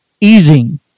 easing